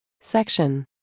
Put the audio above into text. Section